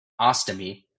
ostomy